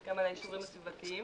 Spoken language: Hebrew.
גם על האישורים הסביבתיים